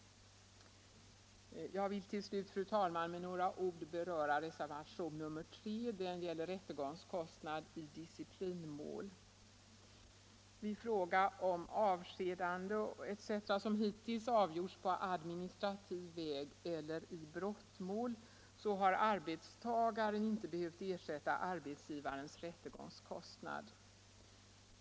Jag vill till slut, fru talman, med några ord beröra reservationen 3. Den gäller rättegångskostnad i disciplinmål. Vid fråga om avskedande etc. som hittills avgjorts på administrativ Nr 94 väg eller i brottmål har arbetstagaren inte behövt ersätta arbetsgivarens Onsdagen den rättegångskostnad.